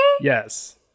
Yes